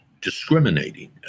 discriminating